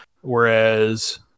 Whereas